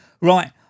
Right